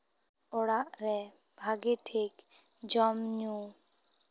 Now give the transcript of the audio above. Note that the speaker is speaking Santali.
ᱚᱲᱟᱜ ᱨᱮ ᱵᱷᱟᱜᱮ ᱴᱷᱤᱠ ᱡᱚᱢ ᱧᱩ